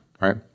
right